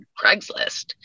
Craigslist